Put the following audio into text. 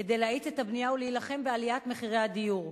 כדי להאיץ את הבנייה ולהילחם בעליית מחירי הדיור,